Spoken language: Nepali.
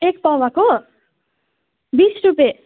एक पावाको बिस रुपियाँ